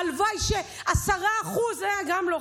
הלוואי ש-10% גם לא,